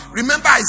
remember